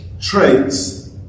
traits